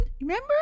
remember